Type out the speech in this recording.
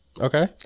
Okay